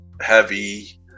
heavy